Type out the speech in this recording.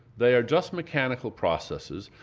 they are just mechanical processes,